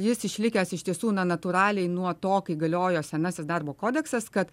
jis išlikęs iš tiesų na natūraliai nuo to kai galiojo senasis darbo kodeksas kad